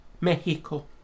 Mexico